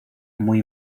muy